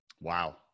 Wow